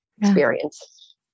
experience